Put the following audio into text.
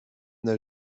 n’a